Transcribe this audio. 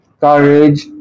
courage